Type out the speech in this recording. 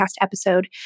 episode